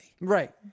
right